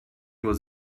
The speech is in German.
nur